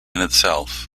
itself